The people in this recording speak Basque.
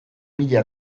mila